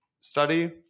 study